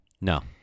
No